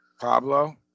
Pablo